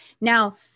Now